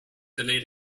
delayed